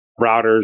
routers